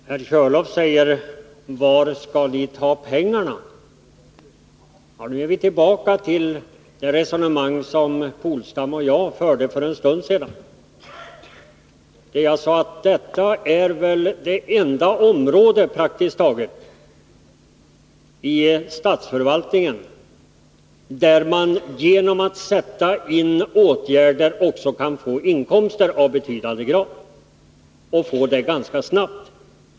Fru talman! Herr Körlof frågar: Var skall vi ta pengarna? Nu är vi tillbaka till det resonemang som Åke Polstam och jag förde för en stund sedan, då jag sade att detta är praktiskt taget det enda område i statsförvaltningen där man genom att sätta in åtgärder också kan få inkomster av betydande grad — och få det snabbt.